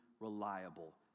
Reliable